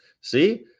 See